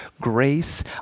grace